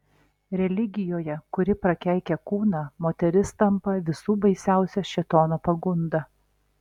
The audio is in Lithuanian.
religijoje kuri prakeikia kūną moteris tampa visų baisiausia šėtono pagunda